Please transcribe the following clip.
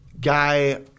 guy